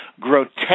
grotesque